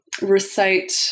recite